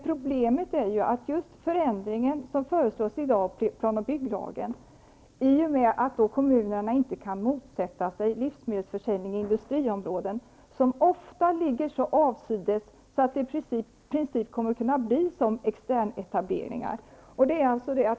Problemet är ju att den förändring som föreslås i plan och bygglagen innebär att kommunerna inte kan motsätta sig livsmedelsförsäljning i industriområden, som ofta ligger så avsides att de i princip kommer att bli som externetableringar.